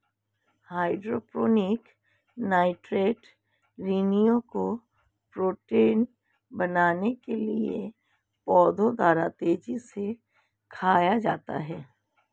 hydroponic nitrate ऋणायनों को protein बनाने के लिए पौधों द्वारा तेजी से खाया जाता है